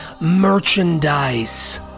Merchandise